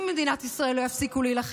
אדוני השר, אני חוזרת בי.